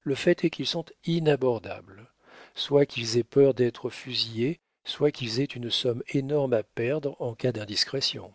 le fait est qu'ils sont inabordables soit qu'ils aient peur d'être fusillés soit qu'ils aient une somme énorme à perdre en cas d'indiscrétion